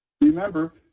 Remember